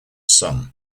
sum